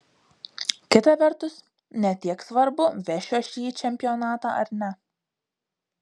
kita vertus ne tiek svarbu vešiu aš jį į čempionatą ar ne